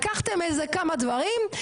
לקחתם איזה כמה דברים,